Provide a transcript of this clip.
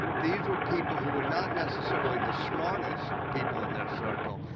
these were people who were not necessarily the smartest people in their circle.